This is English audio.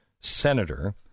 senator